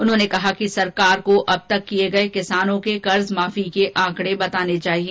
उन्होंने कहा कि सरकार को अब तक किए गए किसानों के कर्जमाफी के आंकड़े बताने चाहिए